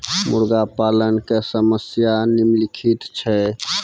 मुर्गा पालन के समस्या निम्नलिखित छै